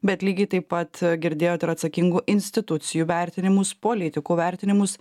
bet lygiai taip pat girdėjot ir atsakingų institucijų vertinimus politikų vertinimus